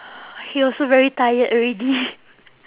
he also very tired already